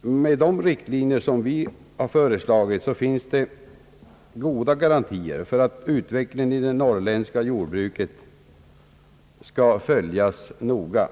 Med de riktlinjer som vi föreslagit finns det goda garantier för att utvecklingen i det norrländska jordbruket skall följas noga.